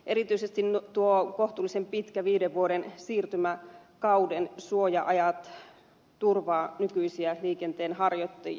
erityisesti nuo kohtuullisen pitkät viiden vuoden siirtymäkauden suoja ajat turvaavat nykyisiä liikenteenharjoittajia